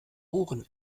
ohren